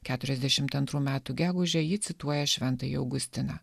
keturiasdešimt antrų metų gegužę ji cituoja šventąjį augustiną